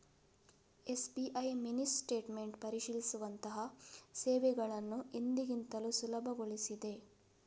SBI mini statement ಪರಿಶೀಲಿಸುವಂತಹ ಸೇವೆಗಳನ್ನು ಎಂದಿಗಿಂತಲೂ ಸುಲಭಗೊಳಿಸಿದೆ